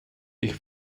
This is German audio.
ich